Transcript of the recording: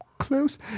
close